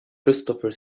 christopher